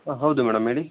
ಹಾಂ ಹೌದು ಮೇಡಮ್ ಹೇಳಿ